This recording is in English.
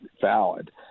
valid